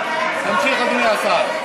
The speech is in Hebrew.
תמשיך, אדוני השר.